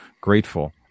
grateful